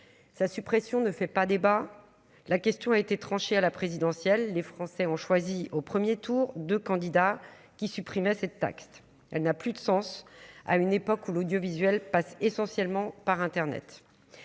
sa suppression ne fait pas débat la question a été tranchée à la présidentielle, les Français ont choisi au 1er tour de candidats qui supprimait cette taxe, elle n'a plus de sens à une époque où l'audiovisuel passe essentiellement par Internet,